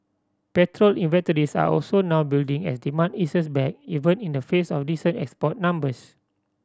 petrol inventories are also now building as demand eases back even in the face of decent export numbers